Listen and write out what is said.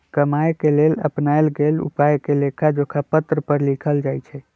कमाए के लेल अपनाएल गेल उपायके लेखाजोखा पत्र पर लिखल जाइ छइ